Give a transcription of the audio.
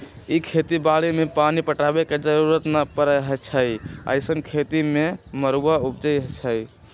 इ खेती बाड़ी में पानी पटाबे के जरूरी न परै छइ अइसँन खेती में मरुआ उपजै छइ